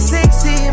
Sexy